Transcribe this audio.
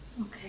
Okay